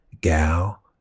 gal